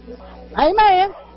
Amen